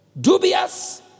dubious